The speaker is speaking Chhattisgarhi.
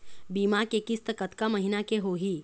बीमा के किस्त कतका महीना के होही?